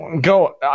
Go